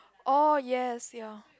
oh yes ya